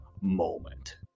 moment